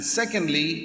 secondly